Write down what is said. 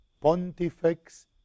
Pontifex